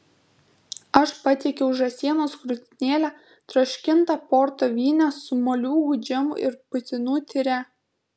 aš patiekiau žąsienos krūtinėlę troškintą porto vyne su moliūgų džemu ir putinų tyre